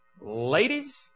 Ladies